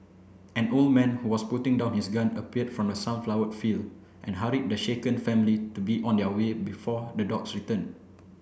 an old man who was putting down his gun appeared from the sunflower field and hurried the shaken family to be on their way before the dogs return